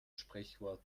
sprichwort